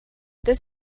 this